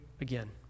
again